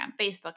Facebook